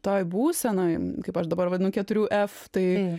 toj būsenoj kaip aš dabar vadinu keturių f tai